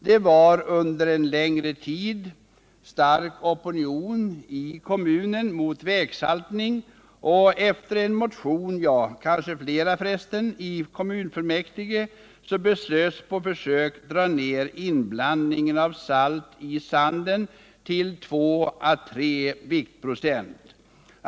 Det var under en längre tid en stark opinion inom kommunen mot vägsaltning, och efter en motion i kommunfullmäktige beslöt man att på försök dra ned inblandningen av salt i sanden till två å tre viktprocent.